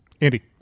Andy